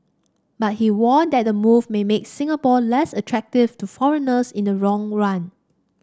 but he warned that the move may make Singapore less attractive to foreigners in the long run